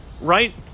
right